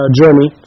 journey